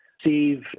Steve